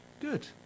Good